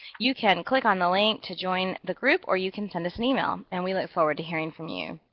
you can click on the link to join the group or you can send us an email and we look forward to hearing from you.